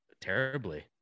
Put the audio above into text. terribly